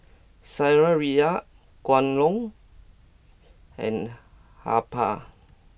Saizeriya Kwan Loong and Habhal